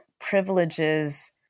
privileges